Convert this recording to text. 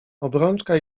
obrączka